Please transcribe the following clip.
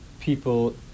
people